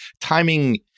timing